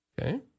Okay